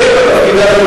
בטח תפקידה של